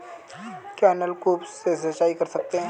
क्या नलकूप से सिंचाई कर सकते हैं?